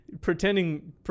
pretending